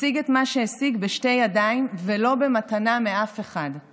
השיג את מה שהשיג בשתי ידיים ולא במתנה מאף אחד.